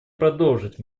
продолжить